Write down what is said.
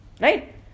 Right